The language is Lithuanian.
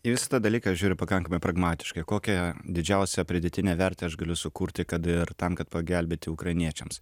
į visą tą dalyką aš žiūriu pakankamai pragmatiškai kokią didžiausią pridėtinę vertę aš galiu sukurti kad ir tam kad pagelbėti ukrainiečiams